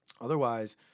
Otherwise